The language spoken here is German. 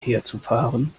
herzufahren